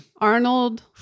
Arnold